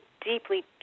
deeply